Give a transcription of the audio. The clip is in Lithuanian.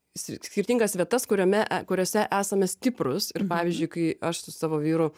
skirtingas vietas kuriame kuriose esame stiprūs ir pavyzdžiui kai aš su savo vyru